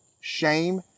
shame